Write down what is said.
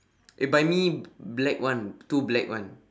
eh buy me black one two black one